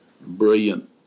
brilliant